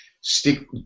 Stick